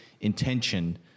intention